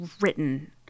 written